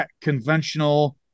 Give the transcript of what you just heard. conventional